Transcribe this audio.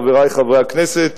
חברי חברי הכנסת,